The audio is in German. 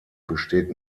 besteht